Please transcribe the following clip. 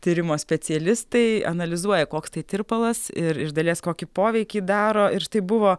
tyrimo specialistai analizuoja koks tai tirpalas ir iš dalies kokį poveikį daro ir tai buvo